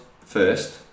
first